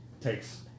takes